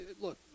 look